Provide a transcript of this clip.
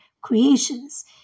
creations